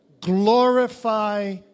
Glorify